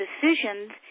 decisions